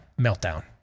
meltdown